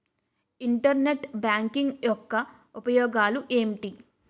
Internet banking యెక్క ఉపయోగాలు ఎంటి?